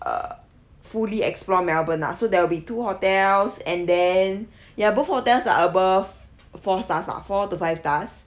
uh fully explore melbourne lah so there will be two hotels and then ya both hotels are above four stars lah four to five stars